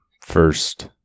first